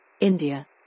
India